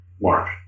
March